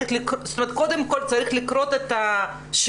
קודם כל צריך לקרות השינוי.